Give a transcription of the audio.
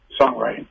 songwriting